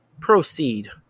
Proceed